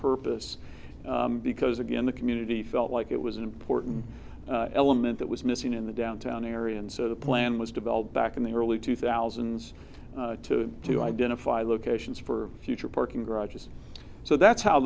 purpose because again the community felt like it was an important element that was missing in the downtown area and so the plan was developed back in the early two thousand and two to identify locations for future parking garages so that's how